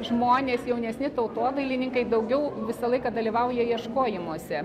žmonės jaunesni tautodailininkai daugiau visą laiką dalyvauja ieškojimuose